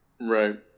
Right